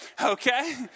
okay